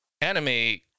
anime